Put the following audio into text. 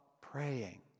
praying